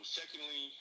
secondly